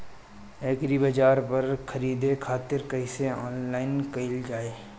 एग्रीबाजार पर खरीदे खातिर कइसे ऑनलाइन कइल जाए?